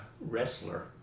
wrestler